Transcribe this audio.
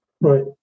Right